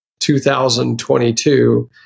2022